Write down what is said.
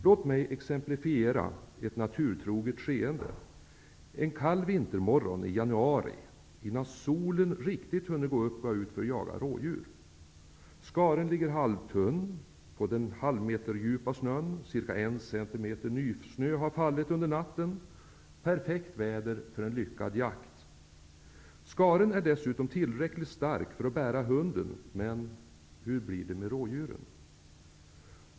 Låt mig exemplifiera ett naturtroget skeende. En kall vintermorgon i januari innan solen riktigt hunnit gå upp, går jag ut för att jaga rådjur. Skaren ligger halvtunn på den halvmeterdjupa snön. Det har fallit cirka en centimeter nysnö under natten. Det är perfekt väder för en lyckad jakt. Skaren är dessutom tillräckligt stark för att bära hunden, men hur blir det med rådjuren?